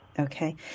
Okay